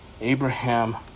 abraham